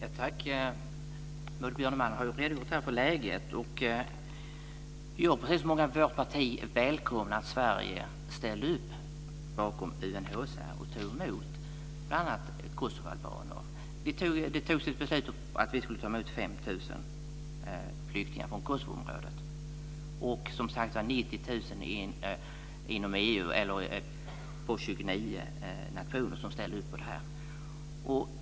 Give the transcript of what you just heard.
Fru talman! Maud Björnemalm har redogjort för läget. Jag och många i mitt parti välkomnar att Sverige ställde upp bakom UNHCR och tog emot bl.a. kosovoalbaner. Det fattades ett beslut om att vi skulle ta emot 5 000 flyktingar från Kosovoområdet. 90 000 flyktingar skulle tas emot av de 29 nationer som ställde upp på detta.